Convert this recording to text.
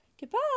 goodbye